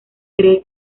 cree